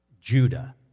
Judah